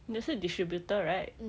你的是 distributor right